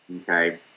okay